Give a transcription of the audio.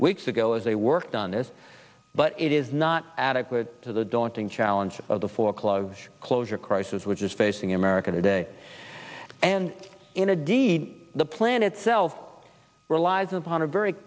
weeks ago as they worked on this but it is not adequate to the daunting challenge of the foreclosure closure crisis which is facing america today and in a deed the plan itself relies upon a very